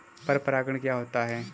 पर परागण क्या होता है?